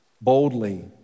boldly